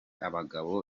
abagabo